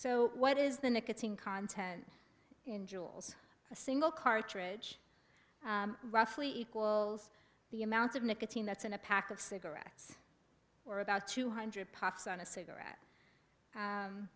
so what is the nicotine content in jewels a single cartridge roughly equal the amount of nicotine that's in a pack of cigarettes or about two hundred parts on a cigarette